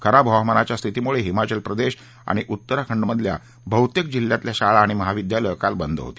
खराब हवामानाच्या स्थितीमुळं हिमाचल प्रदेश आणि उत्तराखंडामधल्या बहुतेक जिल्ह्यांमधली शाळा आणि महाविदयालयं काल बंद होती